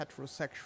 heterosexual